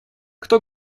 кто